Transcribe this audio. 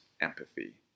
empathy